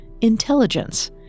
intelligence